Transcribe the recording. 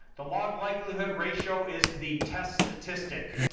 the log likelihood ratio is the test statistic,